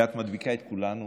ואת מדביקה את כולנו